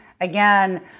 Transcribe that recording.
again